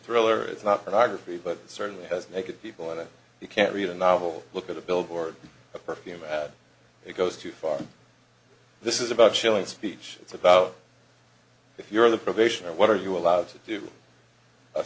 thriller it's not rocket free but it certainly has naked people on it you can't read a novel look at a billboard a perfume ad it goes too far this is about chilling speech it's about if you're the probationer what are you allowed to do a